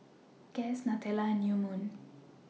Guess Nutella and New Moon